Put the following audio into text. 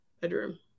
Bedroom